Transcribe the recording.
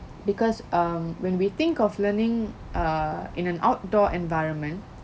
because um when we think of learning uh in an outdoor environment